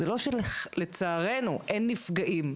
זה לא שלצערנו אין נפגעים,